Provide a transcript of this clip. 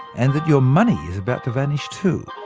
and that your money is about to vanish too.